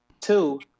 Two